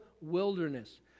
wilderness